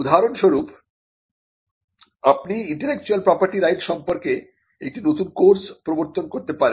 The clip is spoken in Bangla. উদাহরণস্বরূপ আপনি ইন্টেলেকচুয়াল প্রপার্টি রাইট সম্পর্কে একটি নতুন কোর্স প্রবর্তন করতে পারেন